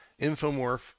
Infomorph